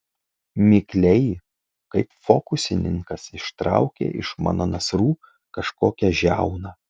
mikliai kaip fokusininkas ištraukė iš mano nasrų kažkokią žiauną